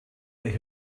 make